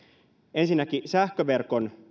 ensinnäkin sähköverkon